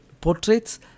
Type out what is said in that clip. portraits